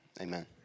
amen